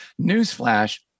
newsflash